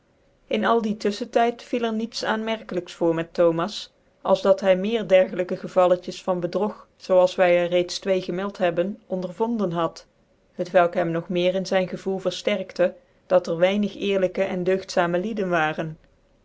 in al dien tuflehen tyd viel er niets aanmerkelijks voor met thomas als dat hy meer dicrgciyke gevalletjes van bedrog zoo als vy er reeds twee gemeld hebben ondervonden ludj c welk hem nog meer in zyn gcvoclc verfterkte dat er weinig eerlijke cn dcugttame lieden waren